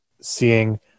seeing